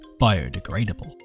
biodegradable